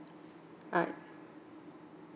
uh